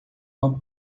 uma